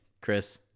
Chris